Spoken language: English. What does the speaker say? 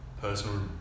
personal